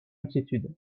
inquiétude